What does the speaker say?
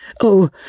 Oh